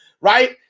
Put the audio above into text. right